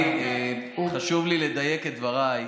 חשוב לי לדייק את דבריי.